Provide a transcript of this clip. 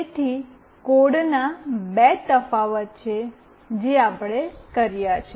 તેથી કોડના બે તફાવત છે જે આપણે કર્યા છે